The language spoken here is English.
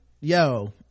Yo